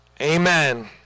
Amen